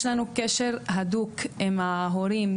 יש לנו קשר מאוד מיוחד עם ההורים,